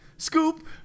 Scoop